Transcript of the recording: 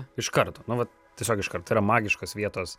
iš karto nu vat tiesiog iškart tai yra magiškos vietos